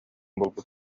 булбут